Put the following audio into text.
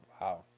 Wow